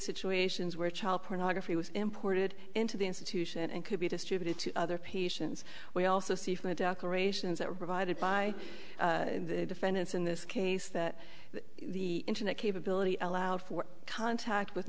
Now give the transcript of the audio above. situations where child pornography was imported into the institution and could be distributed to other patients we also see from a decoration that revived it by defendants in this case that the internet capability allowed for contact with